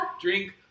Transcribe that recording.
Drink